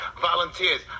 volunteers